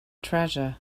treasure